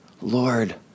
Lord